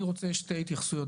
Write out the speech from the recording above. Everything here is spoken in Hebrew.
אני רוצה שתי התייחסויות,